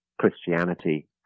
Christianity